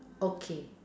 okay